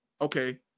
okay